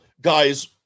guys